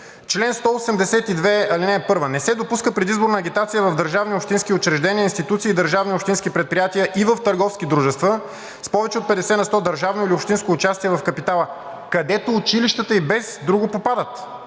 „Чл. 182. (1) Не се допуска предизборна агитация в държавни и общински учреждения, институции, държавни и общински предприятия и в търговски дружества с повече от 50 на сто държавно или общинско участие в капитала.“ Където училищата и без друго попадат